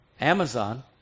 Amazon